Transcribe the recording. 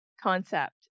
concept